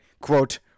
quote